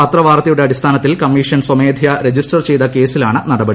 പത്രവാർത്തയുടെ അടിസ്ഥാനത്തിൽ കമ്മീഷൻ സ്വമേധയാ രജിസ്റ്റർ ചെയ്ത കേസിലാണ് നടപടി